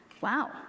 Wow